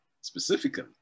specifically